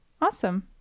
awesome